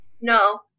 No